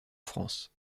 france